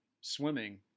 swimming